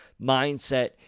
mindset